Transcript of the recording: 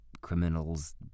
criminals